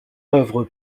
œuvre